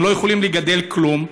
הם לא יכולים לגדל כלום,